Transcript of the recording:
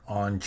on